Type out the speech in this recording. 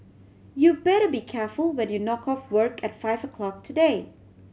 you better be careful when you knock off work at five o'clock today